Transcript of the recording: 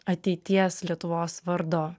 ateities lietuvos vardo